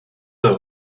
know